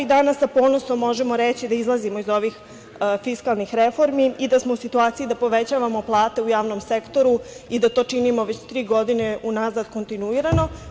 Danas sa ponosom možemo reći da izlazimo iz ovih fiskalnih reformi i da smo u situaciji da povećavamo plate u javnom sektoru i da to činimo već tri godine unazad kontinuirano.